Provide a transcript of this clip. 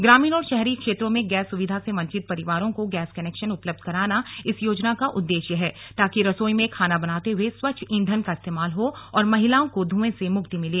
ग्रामीण और शहरी क्षेत्रों में गैस सुविधा से वंचित परिवारों को गैस कनेक्शन उपलब्ध कराना इस योजना का उद्देश्य है ताकि रसोई में खाना बनाते हुए स्वच्छ ईंधन का इस्तेमाल हो और महिलाओं को जहरीले धुएं से मुक्ति मिले